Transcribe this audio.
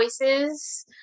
voices